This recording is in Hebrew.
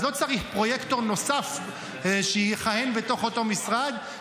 אז לא צריך פרויקטור נוסף שיכהן בתוך אותו משרד,